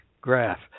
graph